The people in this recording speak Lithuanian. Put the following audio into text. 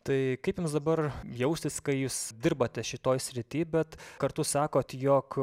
tai kaip jums dabar jaustis kai jūs dirbate šitoj srity bet kartu sakote jog